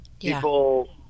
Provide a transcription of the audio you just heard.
people